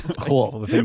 Cool